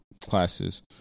classes